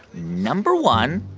number one,